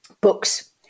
books